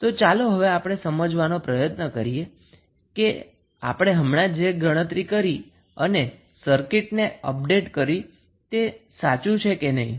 તો ચાલો હવે આપણે સમજવાનો પ્રયત્ન કરીએ કે આપણે હમણાં જ જે ગણતરી કરી અને સર્કિટને અપડેટ કરી તે સાચું છે કે નહીં